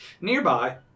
Nearby